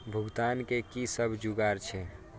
भुगतान के कि सब जुगार छे?